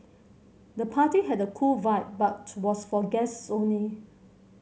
the party had a cool vibe but to was for guests only